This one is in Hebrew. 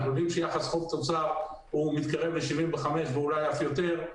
אנחנו יודעים שיחס חוב-תוצר מתקרב ל-75 ואולי אף יותר,